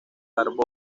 varsovia